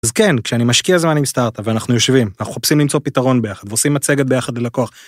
אז כן, כשאני משקיע זמן עם סטארט-אפ ואנחנו יושבים, אנחנו מחפשים למצוא פתרון ביחד ועושים מצגת ביחד ללקוח.